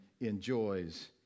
enjoys